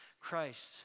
Christ